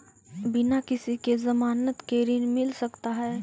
बिना किसी के ज़मानत के ऋण मिल सकता है?